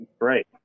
Right